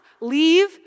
leave